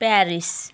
Paris